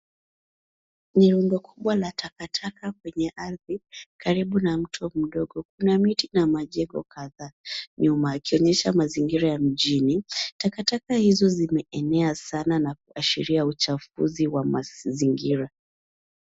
Ni rundo kubwa la takataka kwenye ardhi karibu na mto mdogo. Kuna miti na majengo kadhaa nyuma ikionyesha mazingira ya mjini. Takataka hizo zimeenea sana na kuashiria uchafuzi wa mazingira.